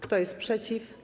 Kto jest przeciw.